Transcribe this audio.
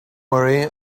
worry